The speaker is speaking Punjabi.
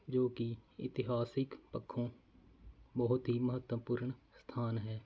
ਜੋ ਕਿ ਇਤਿਹਾਸਿਕ ਪੱਖੋਂ ਬਹੁਤ ਹੀ ਮਹੱਤਵਪੂਰਨ ਸਥਾਨ ਹੈ